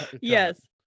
yes